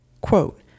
quote